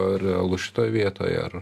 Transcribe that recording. realu šitoj vietoj ar